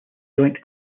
joint